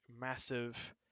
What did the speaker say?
massive